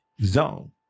zone